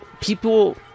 People